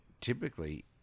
typically